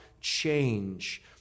change